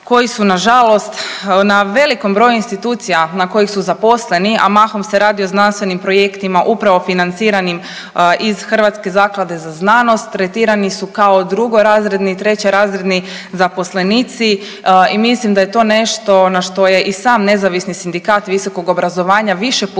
koji su nažalost na velikom broju institucija na koji su zaposleni, a mahom se radi o znanstvenim projektima upravo financiranim iz HRZZ-a tretirani su kao drugorazredni i trećerazredni zaposlenici i mislim da je to nešto na što je i sam Nezavisni sindikat visokog obrazovanja više puta